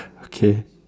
okay